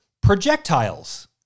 projectiles